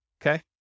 Okay